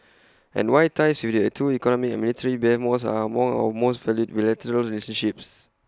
and why ties with the two economic and military behemoths are among our most valued bilateral relationships